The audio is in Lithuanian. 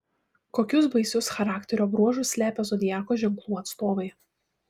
kokius baisius charakterio bruožus slepia zodiako ženklų atstovai